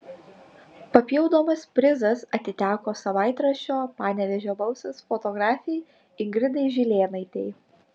papildomas prizas atiteko savaitraščio panevėžio balsas fotografei ingridai žilėnaitei